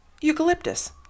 eucalyptus